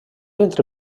entre